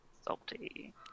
salty